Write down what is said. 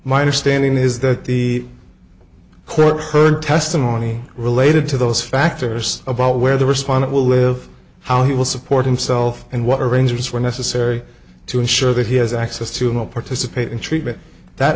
my understanding is that the court heard testimony related to those factors about where the respondent will live how he will support himself and what arrangements were necessary to ensure that he has access to not participate in treatment that